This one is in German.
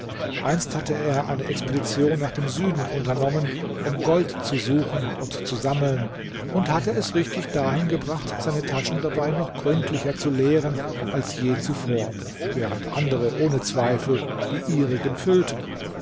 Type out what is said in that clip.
einst hatte er eine expedition nach dem süden unternommen um gold zu suchen und zu sammeln und hatte es richtig dahin gebracht seine taschen dabei noch gründlicher zu leeren als je zuvor während andere ohne zweifel die ihrigen füllten